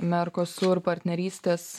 mercosur partnerystės